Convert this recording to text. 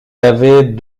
avait